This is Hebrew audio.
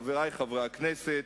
חברי חברי הכנסת,